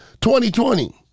2020